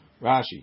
Rashi